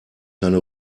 keine